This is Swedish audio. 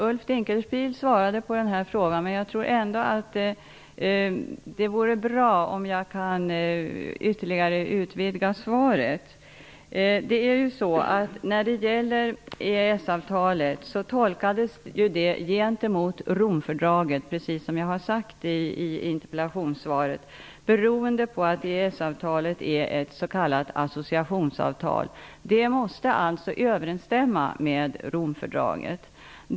Ulf Dinkelspiel svarade på den frågan, men jag tror ändå att det vore bra om jag kan ytterligare utvidga svaret. EES-avtalet tolkades gentemot Romfördraget, precis som jag har sagt i interpellationssvaret, beroende på att EES-avtalet är ett s.k. associationsavtal. Det måste alltså överensstämma med Romfördraget.